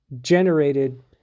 generated